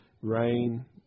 Rain